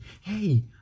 Hey